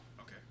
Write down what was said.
Okay